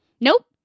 Nope